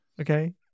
Okay